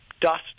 dust